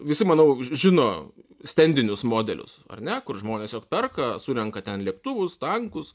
visi manau žino stendinius modelius ar ne kur žmonės tiesiog perka surenka ten lėktuvus tankus